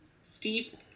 steep